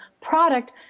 product